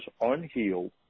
unhealed